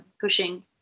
pushing